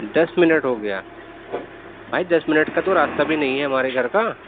دس minute ہو گیا بھائی دس منٹ کا تو راستہ بھی نہیں ہے ہمارے گھر کا